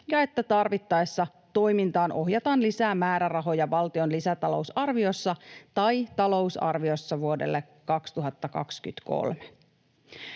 ja että tarvittaessa toimintaan ohjataan lisää määrärahoja valtion lisätalousarviossa tai talousarviossa vuodelle 2020.